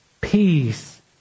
Peace